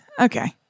okay